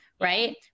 Right